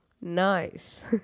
Nice